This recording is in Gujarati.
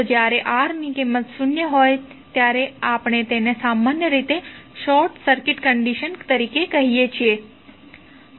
તો જ્યારે R ની કિંમત શૂન્ય હોય છે ત્યારે આપણે તેને સામાન્ય રીતે શોર્ટ સર્કિટ કંડિશન તરીકે કહીએ છીએ